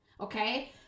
Okay